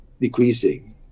decreasing